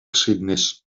geschiedenis